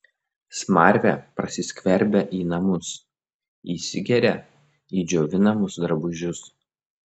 smarvė prasiskverbia į namus įsigeria į džiovinamus drabužius